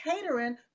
catering